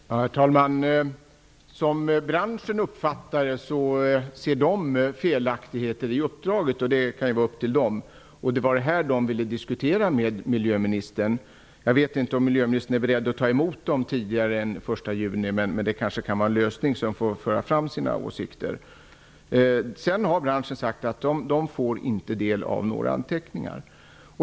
Herr talman! Branschen uppfattar att det är felaktigheter i uppdraget. Det var detta man ville diskutera med miljöministern. Jag vet inte om miljöministern är beredd att ta emot tidigare än den 1 juni. Men den frågan kanske kan få sin lösning så att branschen får föra fram sina åsikter. Man har från branschen sagt att man inte fått ta del av några anteckningar.